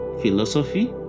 philosophy